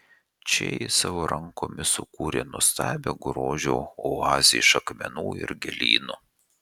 čia ji savomis rankomis sukūrė nuostabią grožio oazę iš akmenų ir gėlynų